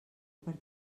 per